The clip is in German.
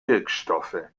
wirkstoffe